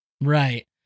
Right